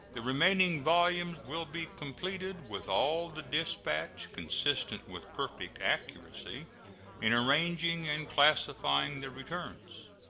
the remaining volumes will be completed with all the dispatch consistent with perfect accuracy in arranging and classifying the returns.